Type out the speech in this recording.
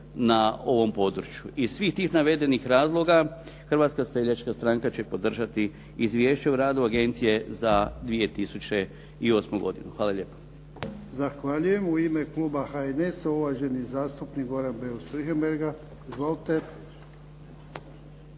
na ovom području. Iz svih tih navedenih razloga Hrvatska seljačka stranka će podržati Izvješće o radu Agencije za 2008. godinu. Hvala lijepa.